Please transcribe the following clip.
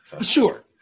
Sure